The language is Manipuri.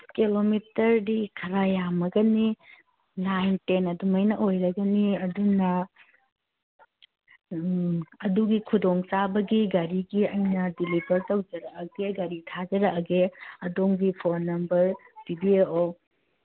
ꯀꯤꯂꯣꯃꯤꯇꯔꯗꯤ ꯈꯔ ꯌꯥꯝꯃꯒꯅꯤ ꯅꯥꯏꯟ ꯇꯦꯟ ꯑꯗꯨꯃꯥꯏꯅ ꯑꯣꯏꯔꯒꯅꯤ ꯑꯗꯨꯅ ꯑꯗꯨꯒꯤ ꯈꯨꯗꯣꯡꯆꯥꯕꯒꯤ ꯒꯥꯔꯤꯒꯤ ꯑꯩꯅ ꯗꯤꯂꯤꯚꯔ ꯇꯧꯖꯔꯛꯑꯒꯦ ꯒꯥꯔꯤ ꯊꯥꯖꯔꯛꯑꯒꯦ ꯑꯗꯣꯝꯒꯤ ꯐꯣꯟ ꯅꯝꯕꯔ ꯄꯤꯕꯤꯔꯛꯑꯣ